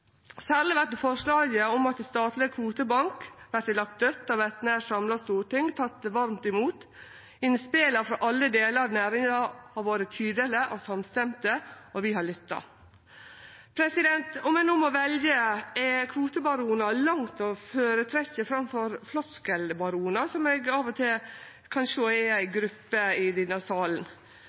Særleg vert forslaget om at statleg kvotebank vert lagt dødt av eit nær samla storting, teke varmt imot. Innspela frå alle delar av næringa har vore tydelege og samstemte, og vi har lytta. Om eg no må velje, er kvotebaronar langt å føretrekkje framfor floskelbaronar, som eg av og til kan sjå er ei gruppe i denne salen.